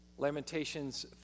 Lamentations